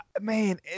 Man